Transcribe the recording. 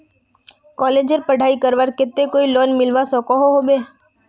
कॉलेजेर पढ़ाई करवार केते कोई लोन मिलवा सकोहो होबे?